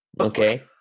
okay